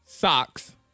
Socks